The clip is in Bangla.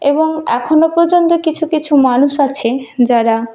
এবং এখনও পর্যন্ত কিছু কিছু মানুষ আছে যারা